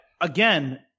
again